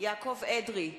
יעקב אדרי,